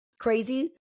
crazy